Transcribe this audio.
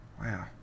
Wow